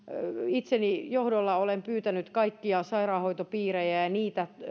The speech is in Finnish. itseni johdolla kokous olen pyytänyt kaikkia sairaanhoitopiirejä ja niitä